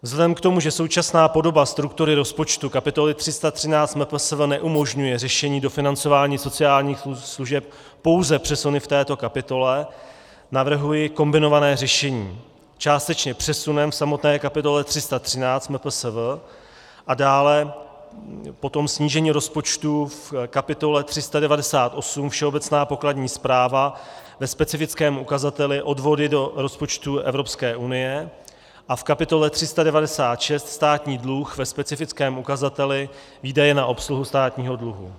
Vzhledem k tomu, že současná podoba struktury rozpočtu kapitoly 313 MPSV neumožňuje řešení dofinancování sociálních služeb pouze přesuny v této kapitole, navrhuji kombinované řešení částečně přesunem v samotné kapitole 313 MPSV a dále potom snížením rozpočtu v kapitole 398 Všeobecná pokladní správa ve specifickém ukazateli odvody do rozpočtu Evropské unie a v kapitole 396 Státní dluh ve specifickém ukazateli výdaje na obsluhu státního dluhu.